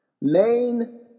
main